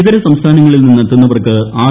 ഇതര സംസ്ഥാനങ്ങളിൽ നിന്നെത്തുന്നവർക്ക് ആർ